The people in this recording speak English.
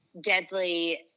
deadly